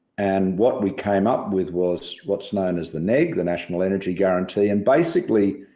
and what we came up with was what's known as the neg, the national energy guarantee. and basically,